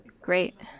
great